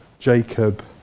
jacob